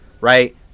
right